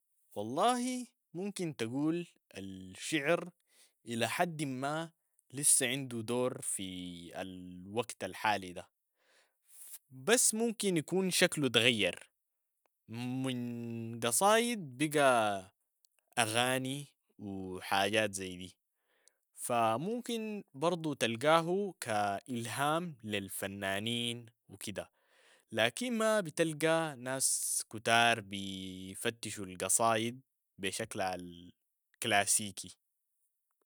والله ممكن تقول الشعر الى حد ما لسة عندو دور في الوكت الحالي ده، بس ممكن يكون شكلو اتغير من قصايد بقى اغاني و حاجات زي دي، فا ممكن برضو تلقاهو كالهام للفنانين و كدا، لكن ما بتلقى ناس كتار بيفتشوا القصايد بي شكلها الكلاسيكي.